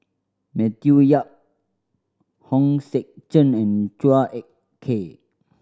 Matthew Yap Hong Sek Chern and Chua Ek Kay